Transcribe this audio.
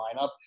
lineup